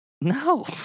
No